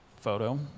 photo